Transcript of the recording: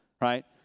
right